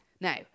Now